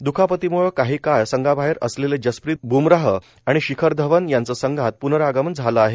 द्खापतीमुळे काही काळ संघाबाहेर असलेले जसप्रीत ब्मराह आणि शिखर धवन यांचं संघात पुनरागमन झालं आहे